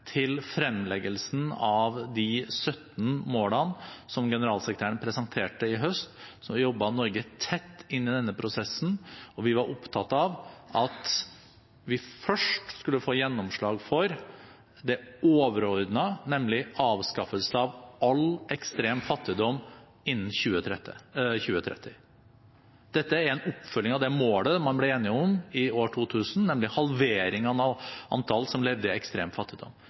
til fremleggelsen av de 17 målene som generalsekretæren presenterte i høst, så jobbet Norge tett inn i denne prosessen, og vi var opptatt av at vi først skulle få gjennomslag for det overordnede, nemlig avskaffelsen av all ekstrem fattigdom innen 2030. Dette er en oppfølging av det målet man ble enige om i år 2000, nemlig halveringen av antallet som levde i ekstrem fattigdom.